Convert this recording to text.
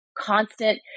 constant